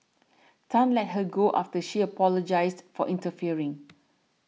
Tan let her go after she apologised for interfering